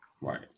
Right